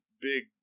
big